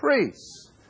priests